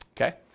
okay